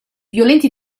violenti